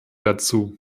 dazu